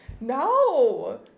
no